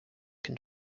can